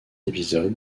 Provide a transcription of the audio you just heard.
épisodes